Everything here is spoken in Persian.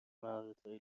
مهراتهای